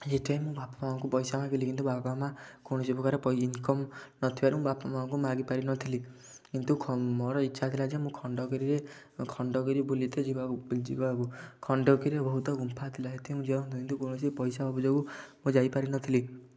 ସେଥିପାଇଁ ମୁଁ ବାପା ମାଁ ଙ୍କୁ ପଇସା ମାଗିଲି କିନ୍ତୁ ବାବା ମାଁ କୌଣସି ପ୍ରକାର ଇନକମ ନ ଥିବାରୁ ମୁଁ ବାପା ମାଁ ଙ୍କୁ ମାଗି ପାରି ନ ଥିଲି କିନ୍ତୁ ଖନ ମୋର ଇଚ୍ଛା ଥିଲା ଯେ ମୁଁ ଖଣ୍ଡଗିରିରେ ଖଣ୍ଡଗିରି ବୁଲିତେ ଯିବାକୁ ବୁଲିଯିବାକୁ ଖଣ୍ଡଗିରିରେ ବହୁତ ଗୁମ୍ଫା ଥିଲା ସେଥିକି ଯିବାକୁ କୌଣସି ପଇସା ଅଭାବ ଯୋଗୁଁ ମୁଁ ଯାଇ ପାରି ନ ଥିଲି